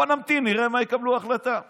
בואו נמתין, נראה מה ההחלטה שיקבלו.